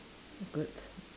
good